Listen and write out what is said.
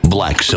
Black